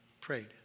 prayed